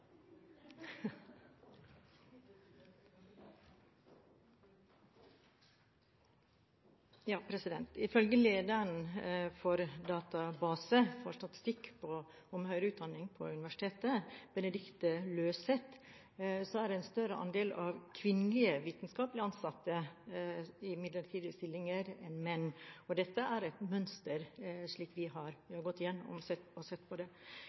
Ifølge lederen for Database for statistikk om høgre utdanning ved Universitetet i Bergen, Benedicte Løseth, er det en større andel av kvinnelige vitenskapelig ansatte i midlertidige stillinger enn menn. Dette er, slik vi har sett, et mønster. Jeg mener derfor at arbeidet med å redusere omfanget av midlertidige ansettelser i universitets- og